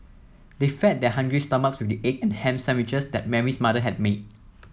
they fed their hungry stomachs with the egg and ham sandwiches that Mary's mother had made